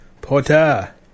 Porter